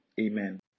Amen